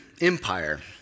Empire